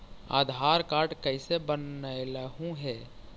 आधार card कईसे बनैलहु हे?